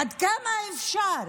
עד כמה אפשר?